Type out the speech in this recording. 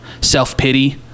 self-pity